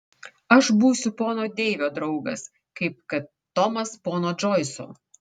aš būsiu pono deivio draugas kaip kad tomas pono džoiso